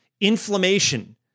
Inflammation